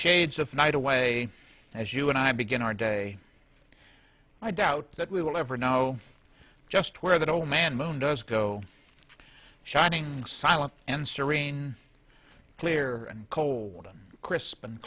shades of night away as you and i begin our day i doubt that we will ever know just where that old man moon does go shining silent and serene clear and cold and crisp and